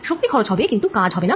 শক্তি খরচ হবে কিন্তু কাজ হবেনা